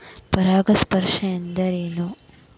ಪರಾಗಸ್ಪರ್ಶ ಅಂದರೇನು?